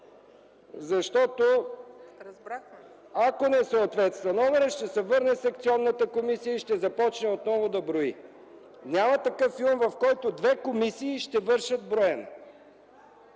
да отпадне текстът, ако не съответства номерът, ще се върне в секционната комисия и ще започне отново да брои. Няма такъв филм, в който две комисии ще извършват броене!